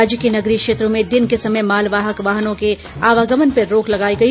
राज्य के नगरीय क्षेत्रों में दिन के समय मालवाहक वाहनों के आवागमन पर रोक लगाई गई